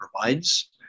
provides